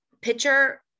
picture